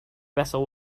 vessel